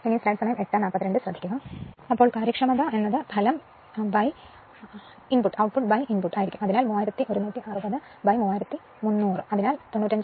അതിനാൽ കാര്യക്ഷമത ആയിരിക്കും output ഇൻപുട്ട് അതിനാൽ 31603300 അതിനാൽ 95